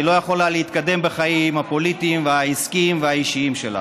היא לא יכולה להתקדם בחיים הפוליטיים והעסקיים והאישיים שלה.